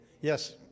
Yes